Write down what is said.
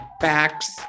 Facts